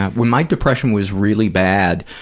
when my depression was really bad,